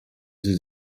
sie